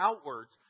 outwards